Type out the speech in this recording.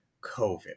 COVID